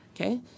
Okay